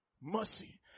mercy